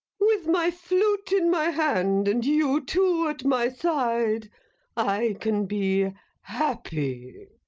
with my flute in my hand and you two at my side i can be happy.